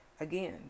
Again